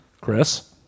Chris